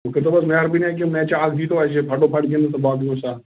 وۄنۍ کٔرۍتو حظ مہربٲنی کیٚںٛہہ میچَہ اَکھ دیٖتو اَسہِ فَٹوفَٹ گِنٛدنہٕ تہٕ باقٕے اوس سَہَل